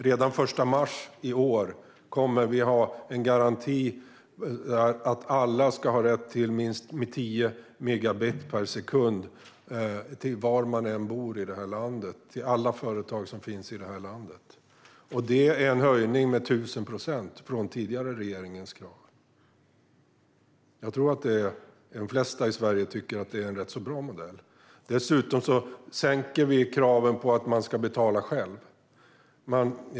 Redan den 1 mars i år kommer vi att ha en garanti att alla ska rätt till minst 10 megabit per sekund var man än bor i landet - alla företag som finns i det här landet. Det är en höjning med 1 000 procent jämfört med den tidigare regeringens krav. Jag tror att de flesta i Sverige tycker att det är en rätt så bra modell. Dessutom sänker vi kraven på att man själv ska betala.